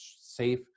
safe